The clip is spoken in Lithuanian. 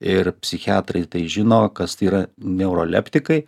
ir psichiatrai žino kas tai yra neuroleptikai